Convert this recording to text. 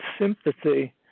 sympathy